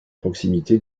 proximité